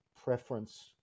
preference